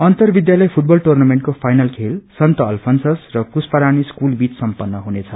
अन्तर विद्यालय फूटबल टुर्नमिन्टको फाइनल खेल सन्त अल्फन्सस् र पुष्पारानी स्कूल बीच सम्पन्न हुनेछ